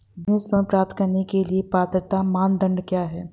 Business loan प्राप्त करने के लिए पात्रता मानदंड क्या हैं?